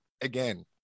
again